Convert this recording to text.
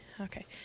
Okay